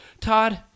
Todd